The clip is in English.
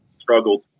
struggled